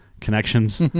Connections